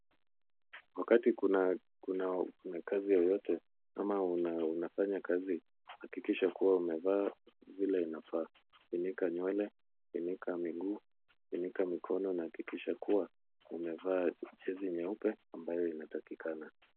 Wakati kuna kazi yoyote, ama unafanya kazi, hakikisha kuwa umevaa vile inafaa. Funika nywele, funika miguu, funika mikono, na hakikisha kuwa umevaa jezi nyeupe ambayo inatakikana.